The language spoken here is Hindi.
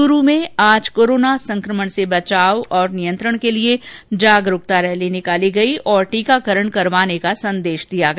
च्रू में आज कोरोना संक्रमण से बचाव और नियंत्रण के लिए जागरुकता रैली निकाली गई और टीकाकरण करवाने का संदेश दिया गया